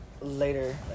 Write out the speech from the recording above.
Later